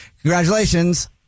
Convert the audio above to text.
congratulations